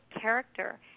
character